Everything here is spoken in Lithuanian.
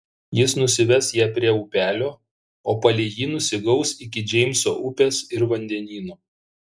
jis nusives ją prie upelio o palei jį nusigaus iki džeimso upės ir vandenyno